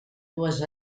dues